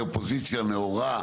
אופוזיציה נאורה.